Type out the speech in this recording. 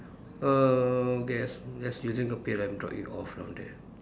err yes yes using a pail and drop it off down there